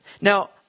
Now